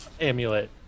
Amulet